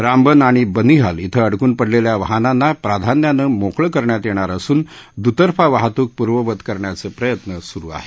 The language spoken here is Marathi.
रामबन आणि बनीहाल ब्रिं अडकून पडलेल्या वाहनांना प्राध्यान्यानं मोकळं करण्यात येणार असून दुतर्फा वाहतूक पूर्ववत करण्याचे प्रयत्न सुरु आहेत